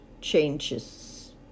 changes